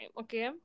okay